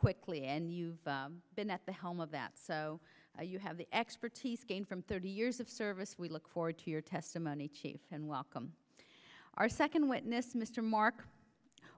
quickly and you've been at the helm of that so you have the expertise gained from thirty years of service we look forward to your testimony chief and welcome our second witness mr mark